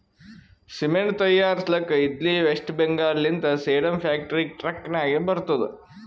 cement ತೈಯಾರ್ಸ್ಲಕ್ ಇದ್ಲಿ ವೆಸ್ಟ್ ಬೆಂಗಾಲ್ ಲಿಂತ ಸೇಡಂ ಫ್ಯಾಕ್ಟರಿಗ ಟ್ರಕ್ ನಾಗೆ ಬರ್ತುದ್